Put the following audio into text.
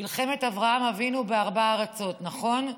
מלחמת אברהם אבינו בארבע הארצות, נכון?